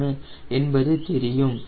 063 என்பது தெரியும்